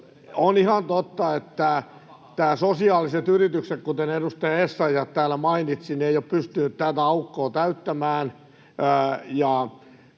On ihan totta, että nämä sosiaaliset yritykset, kuten edustaja Essayah täällä mainitsi, eivät ole pystyneet tätä aukkoa täyttämään